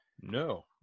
No